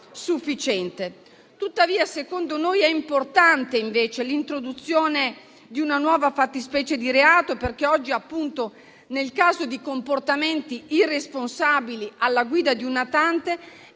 noi, invece, è importante l'introduzione di una nuova fattispecie di reato, perché oggi nel caso di comportamenti irresponsabili alla guida di un natante